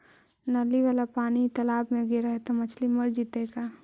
नली वाला पानी तालाव मे गिरे है त मछली मर जितै का?